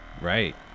Right